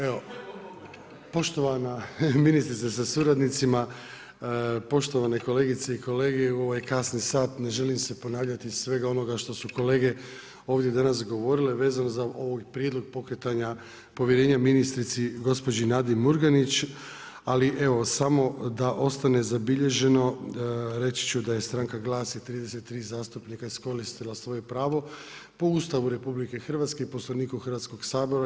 Evo, poštovana ministrice sa suradnicima, poštovane kolegice i kolege, u ovaj kasni sat ne želim se ponavljati iz svega onoga što su kolege ovdje danas govorile, vezano prijedlog pokretanja povjerenje ministrici gospođi Nadi Murganić, ali evo, samo da ostane zabilježeno, reći ću da je stranka GLAS I 33 zastupnika iskoristila svoje pravo po Ustavu RH i Poslovnika Hrvatskog sabora.